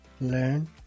learn